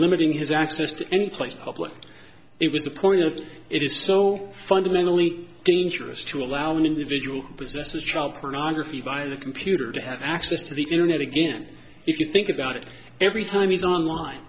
limiting his access to any place public it was a point of it is so fundamentally dangerous to allow an individual possesses child pornography by the computer to have access to the internet again if you think about it every time he's online